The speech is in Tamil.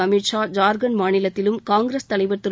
அமித் ஷா ஜார்க்கண்ட் மாநிலத்திலும் காங்கிரஸ் தலைவர் திரு